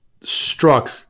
struck